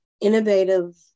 innovative